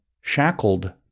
shackled